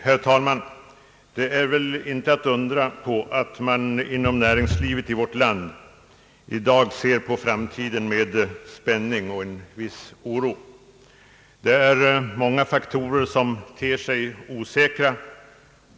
Herr talman! Det är inte att undra på att man inom näringslivet i vårt land i dag ser på framtiden med spänning och viss oro. Det är många faktorer som ter sig osäkra.